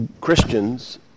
Christians